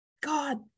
God